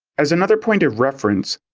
as another point of reference,